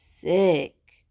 sick